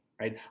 right